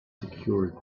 secured